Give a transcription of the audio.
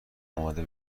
آماده